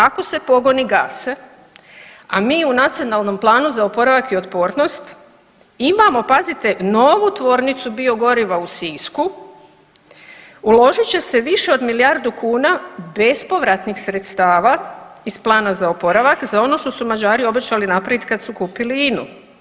Ako se pogoni gase, a mi u Nacionalnom planu za oporavak i otpornost imamo, pazite, novu tvornicu biogoriva u Sisku, uložit će se više od milijardu kuna bespovratnih sredstava iz Plana za oporavak za ono što su Mađari obećali napraviti kad su kupili INA-u.